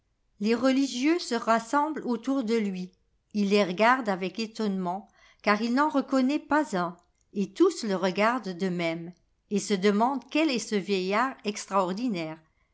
les religieux se rassemblent autour de lui il les regarde avec étonneraent car il n'en reconnaît pas un et tous le regardent de même et se demandent quel est ce vieillard extraordinaire